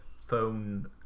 phone